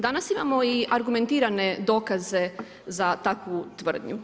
Danas imamo i argumentirane dokaze za takvu tvrdnju.